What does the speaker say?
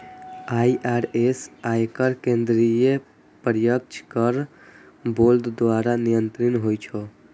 IRS, आयकर केंद्रीय प्रत्यक्ष कर बोर्ड द्वारा नियंत्रित होइ छै